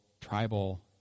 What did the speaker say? tribal